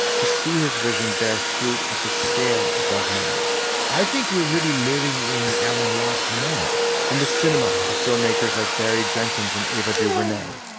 to see his vision bear fruit at the scale it does now i think we're really living in alan locke's moment in the cinema of filmmakers like barry jenkins and ava duvernay,